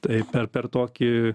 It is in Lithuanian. tai per per tokį